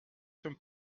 sont